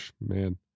Man